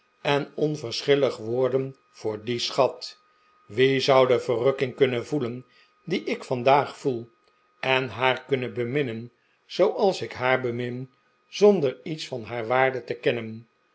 en onverschillig worden voor dien schat wie zou de verrukking kunnen voelen die ik vandaag voel en haar kunnen beminnen zooals ik haar bemin zonder iets van haar waarde te kennen